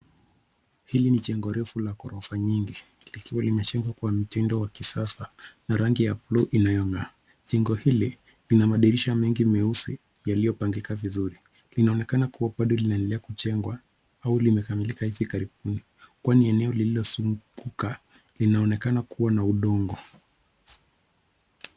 Hili ni jengo refu la ghorofa nyingi likiwa limejengwa kwa mtindo wa kisasa na rangi ya bluu inayong'aa. Jengo hili lina madirisha mengi meusi yaliyopangika vizuri. Linaonekana kuwa bado linaendelea kujengwa au limekamilika hivi karibuni.